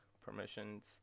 Permissions